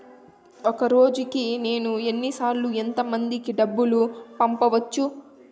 ఒక రోజుకి నేను ఎన్ని సార్లు ఎంత మందికి డబ్బులు పంపొచ్చు?